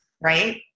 Right